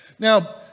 Now